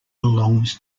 belongs